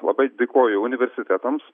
labai dėkoju universitetams